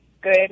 good